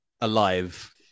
alive